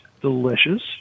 delicious